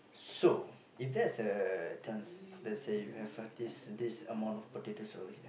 so if there's a chance let's say you have uh this this amount of potatoes over here